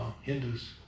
Hindus